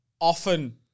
often